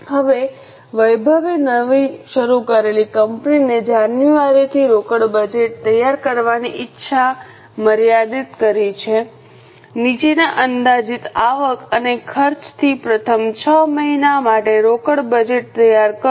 હવે વૈભવે નવી શરૂ કરેલી કંપનીને જાન્યુઆરીથી રોકડ બજેટ તૈયાર કરવાની ઇચ્છા મર્યાદિત કરી છે નીચેના અંદાજિત આવક અને ખર્ચથી પ્રથમ 6 મહિના માટે રોકડ બજેટ તૈયાર કરો